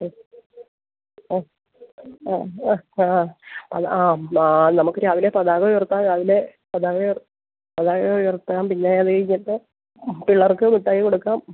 മ് അ അ അ ആ ആ ആ നമുക്ക് രാവിലെ പതാക ഉയർത്താൻ രാവിലെ പതാക പതാക ഉയർത്താം പിന്നെ അതു കഴിഞ്ഞിട്ട് പിള്ളേർക്ക് മുട്ടായി കൊടുക്കാം